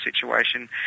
situation